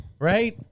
Right